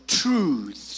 truth